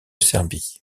serbie